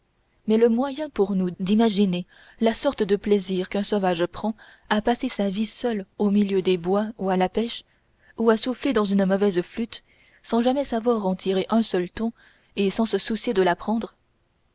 mais le moyen pour nous d'imaginer la sorte de plaisir qu'un sauvage prend à passer sa vie seul au milieu des bois ou à la pêche ou à souffler dans une mauvaise flûte sans jamais savoir en tirer un seul ton et sans se soucier de l'apprendre